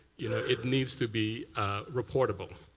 you know it needs to be reportable.